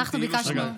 אנחנו ביקשנו,